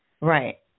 right